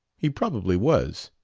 he probably was.